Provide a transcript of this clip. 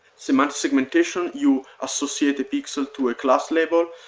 semantic segmentation, you associate the pixel to a class level.